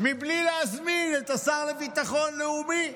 בלי להזמין את השר לביטחון לאומי.